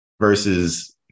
Versus